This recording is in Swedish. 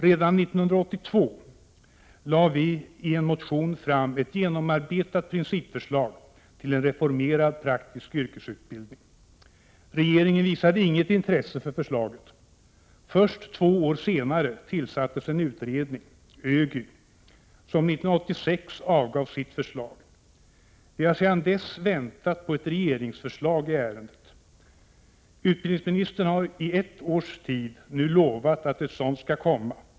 Redan 1982 lade vi i en motion fram ett genomarbetat principförslag till en reformerad praktisk yrkesutbildning. Regeringen visade inget intresse för förslaget. Först två år senare tillsattes en utredning, ÖGY, som 1986 avgav sitt förslag. Vi har sedan dess väntat på ett regeringsförslag i ärendet. Utbildningsministern har i ett års tid nu lovat att ett sådant skall komma.